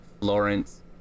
Florence